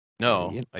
No